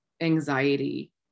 anxiety